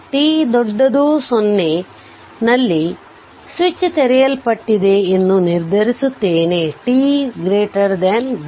t 0 ನಲ್ಲಿ switch ತೆರೆಯಲ್ಪಟ್ಟಿದೆ ಎಂದು ನಿರ್ಧರಿಸುತ್ತೇನೆ t 0